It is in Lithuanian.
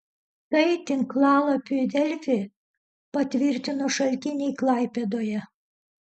tai tinklalapiui delfi patvirtino šaltiniai klaipėdoje